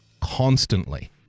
constantly